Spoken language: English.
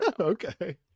Okay